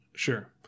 Sure